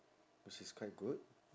which is quite good